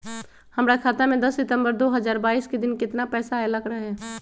हमरा खाता में दस सितंबर दो हजार बाईस के दिन केतना पैसा अयलक रहे?